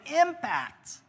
impact